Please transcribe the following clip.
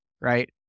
right